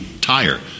tire